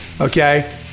okay